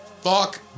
Fuck